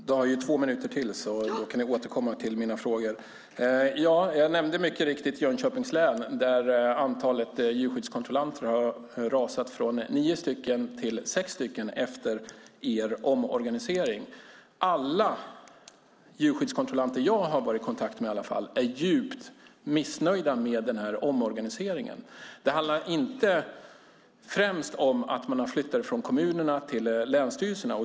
Herr talman! Irene Oskarsson har ytterligare två replikminuter och kan då återkomma till mina frågor. Ja, jag nämnde mycket riktigt Jönköpings län. Där har antalet djurskyddskontrollanter efter er omorganisering rasat från nio till sex kontrollanter. Alla djurskyddskontrollanter som i alla fall jag varit i kontakt med är djupt missnöjda med den gjorda omorganiseringen. Det handlar inte främst om överflyttningen från kommunerna till länsstyrelserna.